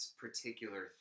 particular